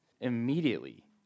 immediately